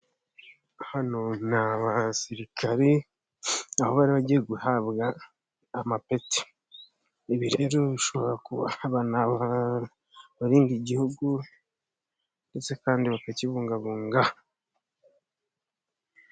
Hano ni abasirikari, aho bari bagiye guhabwa amapeti. Ni abarinda igihugu ndetse kandi bakakibungabunga.